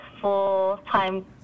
full-time